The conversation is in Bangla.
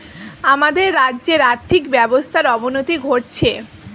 আমাদের রাজ্যের আর্থিক ব্যবস্থার অবনতি ঘটছে